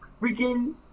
freaking